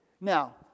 Now